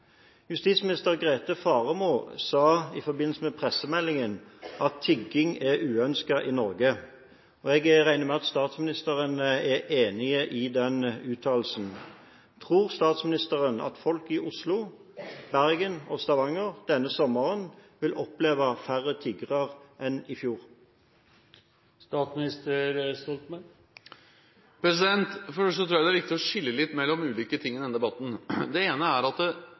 Justisminister Grete Faremo sa i forbindelse med pressemeldingen at tigging er uønsket i Norge. Jeg regner med at statsministeren er enig i den uttalelsen. Tror statsministeren at folk i Oslo, Bergen og Stavanger denne sommeren vil oppleve å møte færre tiggere enn i fjor? Først tror jeg det er viktig å skille litt mellom ulike ting i denne debatten. Jeg opplever det slik at ingen mener det